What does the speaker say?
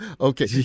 Okay